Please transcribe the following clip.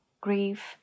grief